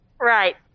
Right